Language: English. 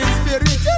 spirit